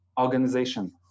organization